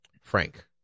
Frank